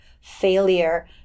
failure